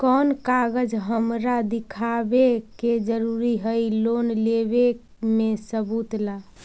कौन कागज हमरा दिखावे के जरूरी हई लोन लेवे में सबूत ला?